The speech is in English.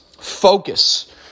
focus